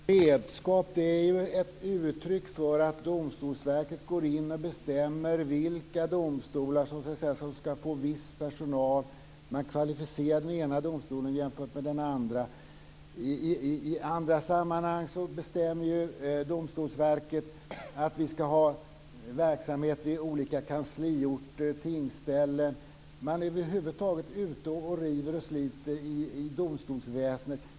Herr talman! Det är ett redskap, säger Ann-Marie Fagerström. Det är ju ett uttryck för att Domstolsverket går in och bestämmer vilka domstolar som ska få viss personal. Man kvalificerar den ena domstolen framför den andra. I andra sammanhang bestämmer Domstolsverket att det ska finnas verksamhet vid olika kansliorter och tingsställen. Man är över huvud taget ute och river och sliter i domstolsväsendet.